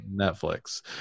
Netflix